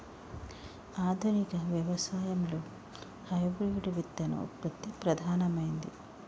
ఆధునిక వ్యవసాయం లో హైబ్రిడ్ విత్తన ఉత్పత్తి ప్రధానమైంది